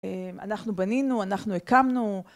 אנחנו בנינו, אנחנו הקמנו.